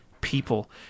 people